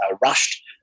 rushed